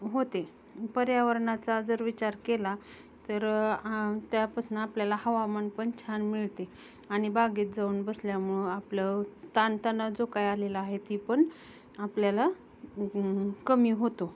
होते पर्यावरणाचा जर विचार केला तर त्यापासनं आपल्याला हवामान पण छान मिळते आणि बागेत जाऊन बसल्यामुळं आपलं ताणतणाव जो काय आलेला आहे ती पण आपल्याला कमी होतो